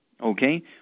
Okay